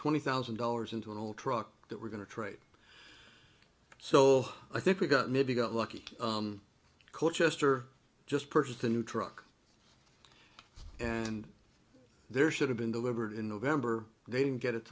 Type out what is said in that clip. twenty thousand dollars into an old truck that we're going to trade so i think we got maybe got lucky coach esther just purchased a new truck and there should have been delivered in november they didn't get it